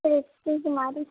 सृष्टि कुमारी